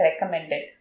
recommended